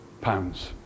pounds